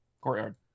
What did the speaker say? Courtyard